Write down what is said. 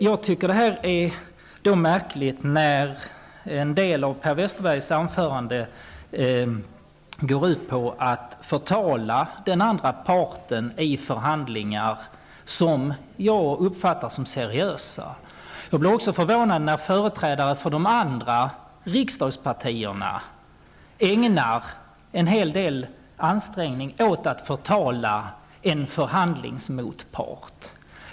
Jag tycker att detta är märkligt, särskilt som Per Westerbergs anförande till en del går ut på förtal av den andra parten i förhandlingar som jag uppfattar som seriösa. Jag blir också förvånad när företrädare för de andra riksdagspartierna gör stora ansträngningar när det gäller att förtala en förhandlingsmotpart.